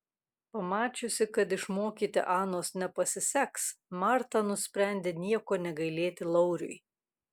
pamačiusi kad išmokyti anos nepasiseks marta nusprendė nieko negailėti lauriui